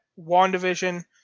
WandaVision